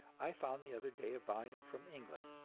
i found the other day a volume from england,